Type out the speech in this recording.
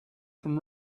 from